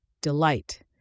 Delight